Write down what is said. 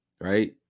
Right